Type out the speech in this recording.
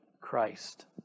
Christ